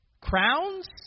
Crowns